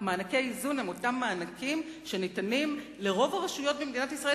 מענקי איזון הם אותם מענקים שניתנים לרוב הרשויות במדינת ישראל